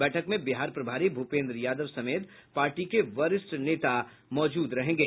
बैठक में बिहार प्रभारी भूपेन्द्र यादव समेत पार्टी के वरिष्ठ नेता मौजूद रहेंगे